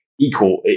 equal